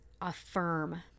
affirm